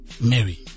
Mary